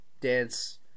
dance